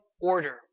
order